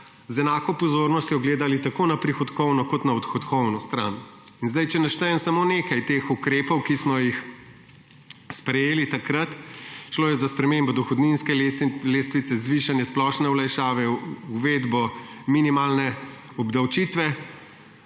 z enako pozornostjo gledali tako na prihodkovno kot na odhodkovno stran. Če naštejem samo nekaj ukrepov, ki smo jih sprejeli takrat. Šlo je za spremembo dohodninske lestvice, zvišanje splošne olajšave, uvedbo minimalne obdavčitve.